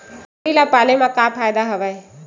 कुकरी ल पाले म का फ़ायदा हवय?